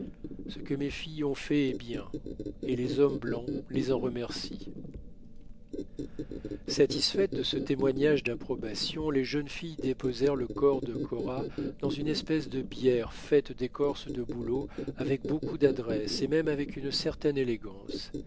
ce que mes filles ont fait est bien et les hommes blancs les en remercient satisfaites de ce témoignage d'approbation les jeunes filles déposèrent le corps de cora dans une espèce de bière faite d'écorce de bouleau avec beaucoup d'adresse et même avec une certaine élégance